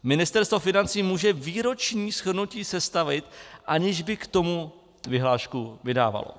Ministerstvo financí může výroční shrnutí sestavit, aniž by k tomu vyhlášku vydávalo.